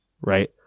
right